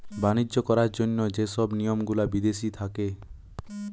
বাণিজ্য করার জন্য যে সব নিয়ম গুলা বিদেশি থাকে